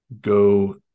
go